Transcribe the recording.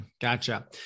Gotcha